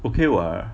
okay [what]